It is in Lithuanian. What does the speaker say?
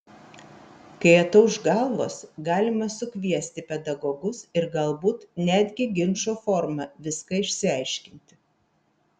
kai atauš galvos galima sukviesti pedagogus ir galbūt netgi ginčo forma viską išsiaiškinti